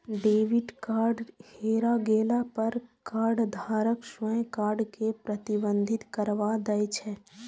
debit card हेरा गेला पर कार्डधारक स्वयं कार्ड कें प्रतिबंधित करबा दै छै